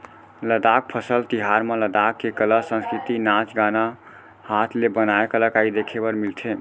लद्दाख फसल तिहार म लद्दाख के कला, संस्कृति, नाच गाना, हात ले बनाए कलाकारी देखे बर मिलथे